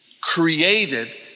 created